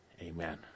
Amen